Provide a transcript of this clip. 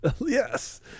Yes